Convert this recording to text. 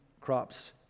crops